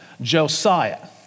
Josiah